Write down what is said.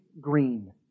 green